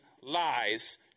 lies